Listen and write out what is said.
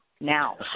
Now